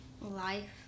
Life